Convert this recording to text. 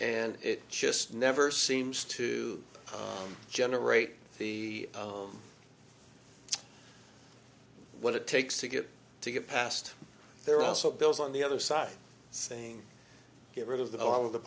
and it just never seems to generate the what it takes to get to get past there also builds on the other side saying get rid of the all of the